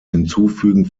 hinzufügen